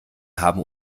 haben